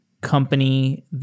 company